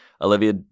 Olivia